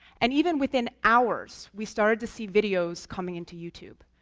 and even within hours, we started to see videos coming into youtube.